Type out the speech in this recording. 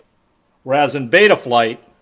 whereas in betaflight,